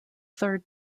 third